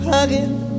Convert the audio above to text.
Hugging